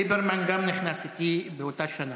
ליברמן נכנס איתי, באותה שנה.